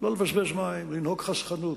לא לבזבז מים, לנהוג חסכנות.